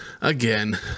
again